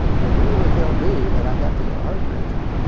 and you're gonna tell me that i have to get a heart transplant?